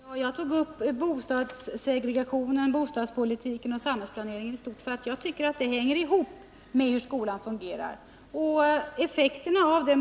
Herr talman! Jag tog upp bostadssegregationen, bostadspolitiken och samhällsplaneringen i stort därför att jag tycker att dessa saker hänger ihop med hur skolan fungerar.